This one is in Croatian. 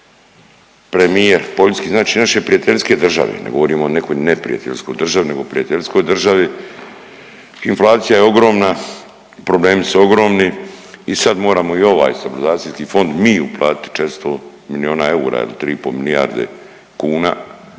premijer poljski, znači naše prijateljske države, ne govorim o nekoj neprijateljskoj državi, nego prijateljskoj državi, inflacija je ogromna, problemi su ogromni i sad moramo i ovaj stabilizacijski fond mi uplatiti 400 milijuna eura ili 3,5 milijarde kuna